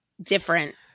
different